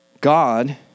God